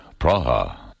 Praha